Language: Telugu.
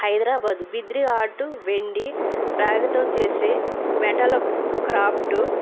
హైదరాబాద్ బిద్రీ ఆర్ట్ వెండి రాగితో చేసే మెటల క్రాఫ్టు